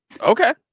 Okay